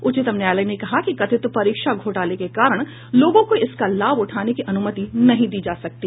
उच्चतम न्यायालय ने कहा कि कथित परीक्षा घोटाले के कारण लोगों को इसका लाभ उठाने की अनुमति नहीं दी जा सकती